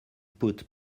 put